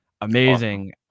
amazing